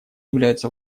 являются